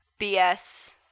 BS